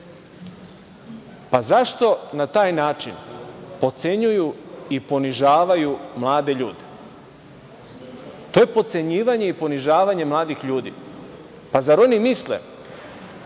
Zašto na taj način potcenjuju i ponižavaju mlade ljude? To je potcenjivanje i ponižavanje mladih ljudi. Zar oni misle,